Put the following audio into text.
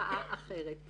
מרפאה אחרת.